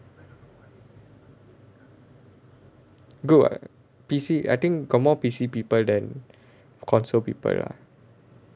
good [what] P_C I think got more P_C people than console people lah